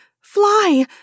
fly